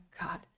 God